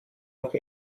auch